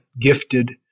gifted